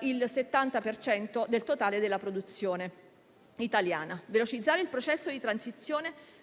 il 70 per cento del totale della produzione italiana. Velocizzare il processo di transizione